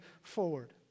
forward